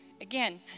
Again